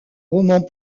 romans